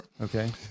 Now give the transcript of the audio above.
Okay